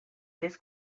this